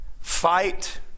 Fight